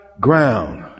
ground